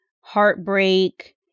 heartbreak